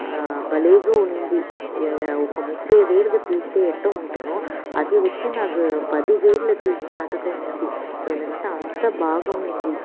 భలేగా ఉన్నింది ఒక ముప్పై వేలుకు తీస్తే ఎట్టా ఉండునో అది వచ్చి నాకు పది వేలు తీసినట్టుగా ఉన్నింది ఎందుకంటే అంత బాగా ఉన్నింది